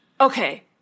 Okay